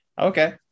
Okay